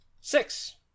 six